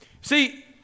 see